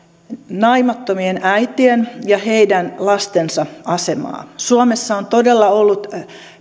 naimattomien äitien ja heidän lastensa asemaa suomessa on todella ollut